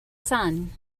son